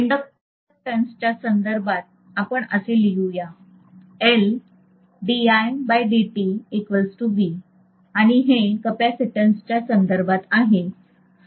इंडक्शनन्सच्या संदर्भात आपण असे लिहूया आणि हे कॅपेसिटन्सच्या संदर्भात आहे